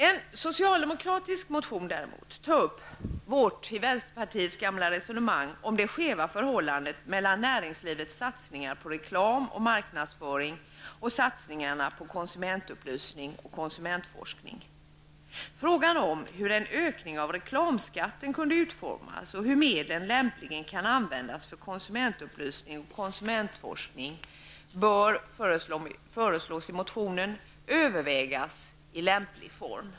En socialdemokratisk motion tar däremot upp vänsterpartiets gamla resonemang om det skeva förhållandet mellan näringslivets satsningar på reklam och marknadsföring och satsningarna på konsumentupplysning och konsumentforskning. Frågan om hur en ökning av reklamskatten kunde utformas och hur medlen lämpligen kunde användas för konsumentupplysning och konsumentforskning bör, föreslås det i motionen, övervägas i lämplig form.